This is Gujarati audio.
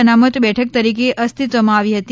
અનામત બેઠક તરીકે અસ્તિત્વમાં આવી હતી